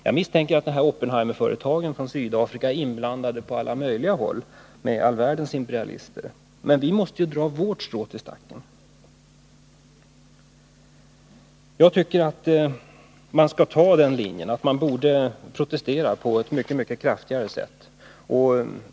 Jag misstänker att de sydafrikanska Oppenheimerföretagen är inblandade på alla möjliga håll med all världens imperialister. Men vi måste dra vårt strå till stacken. Jag tycker att man borde följa den linjen att man protesterar på ett mycket kraftigare sätt.